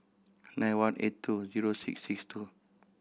nine one eight two zero six six two